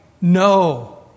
no